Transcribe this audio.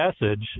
message